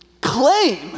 claim